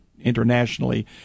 internationally